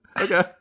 Okay